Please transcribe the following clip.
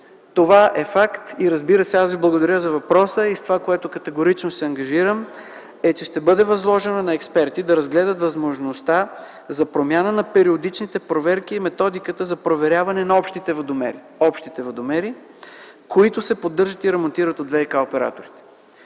Това е факт. Разбира се аз Ви благодаря за въпроса. Това, с което категорично се ангажирам, е, че ще бъде възложено на експерти да разгледат възможността за промяна на периодичните проверки и методиката за проверяване на общите водомери, които се поддържат и ремонтират от ВиК оператора.